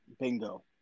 Bingo